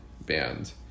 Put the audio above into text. band